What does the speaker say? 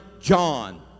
John